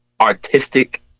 artistic